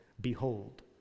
Behold